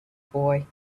boy